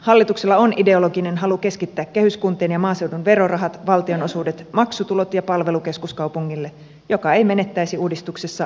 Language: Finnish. hallituksella on ideologinen halu keskittää kehyskuntien ja maaseudun verorahat valtionosuudet maksutulot ja palvelu keskuskaupungille joka ei menettäisi uudistuksessa juurikaan päätösvallastaan